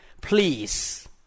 Please